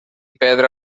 pedra